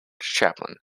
chaplain